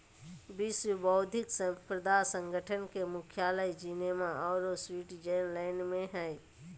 विश्व बौद्धिक संपदा संगठन के मुख्यालय जिनेवा औरो स्विटजरलैंड में हइ